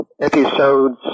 episodes